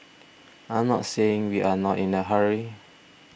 I'm not saying we are not in a hurry